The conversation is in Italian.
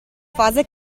fase